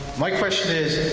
my question is,